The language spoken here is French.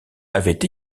avaient